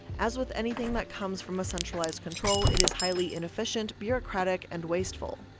as with anything that comes from a centralized control, it is highly inefficient, bureaucratic and wasteful.